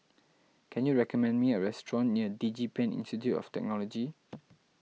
can you recommend me a restaurant near DigiPen Institute of Technology